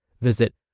Visit